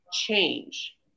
change